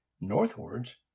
northwards